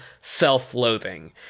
self-loathing